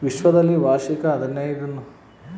ವಿಶ್ವದಲ್ಲಿ ವಾರ್ಷಿಕ ಐದುನೂರನಲವತ್ತು ಮಿಲಿಯನ್ ಕುರಿ ಕೊಲ್ತಾರೆ